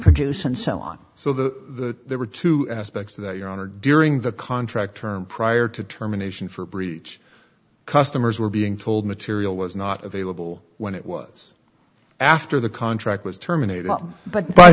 produce and so on so the there were two aspects to that your honor during the contract term prior to terminations for breach customers were being told material was not available when it was after the contract was terminated but by